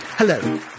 Hello